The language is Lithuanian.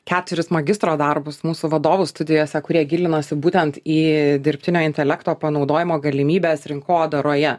keturis magistro darbus mūsų vadovų studijose kurie gilinosi būtent į dirbtinio intelekto panaudojimo galimybes rinkodaroje